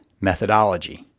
methodology